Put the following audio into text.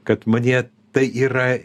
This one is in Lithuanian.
kad manyje tai yra